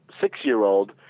six-year-old